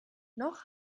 noch